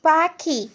পাখি